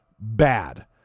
bad